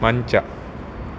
ಮಂಚ